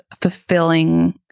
fulfilling